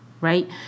right